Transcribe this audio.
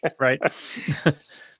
Right